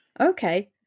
Okay